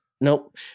nope